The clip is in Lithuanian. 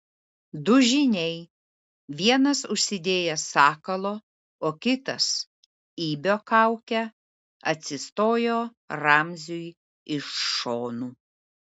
du žyniai vienas užsidėjęs sakalo o kitas ibio kaukę atsistojo ramziui iš šonų